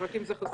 רק אם זה חסוי.